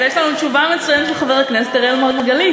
יש לנו תשובה מצוינת של חבר הכנסת אראל מרגלית.